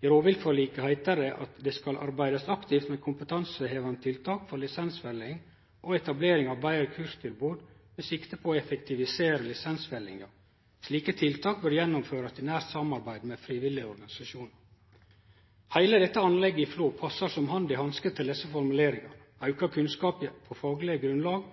I rovviltforliket heiter det: «Det skal arbeides aktivt med kompetansehevende tiltak for lisensfelling, og etableres et bedre kurstilbud med sikte på å effektivisere lisensfellingen. Slike tiltak bør gjennomføres i nært samarbeid med frivillige organisasjoner.» Heile dette anlegget i Flå passar som hand i hanske til desse formuleringane. Auka kunnskap på fagleg grunnlag